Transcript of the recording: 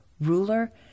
ruler